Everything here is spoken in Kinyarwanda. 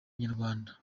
inyarwanda